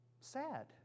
sad